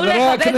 תוכלו לכבד,